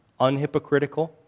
Unhypocritical